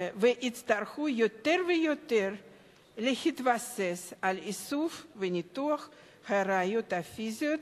ויצטרכו יותר ויותר להתבסס על איסוף וניתוח של הראיות הפיזיות,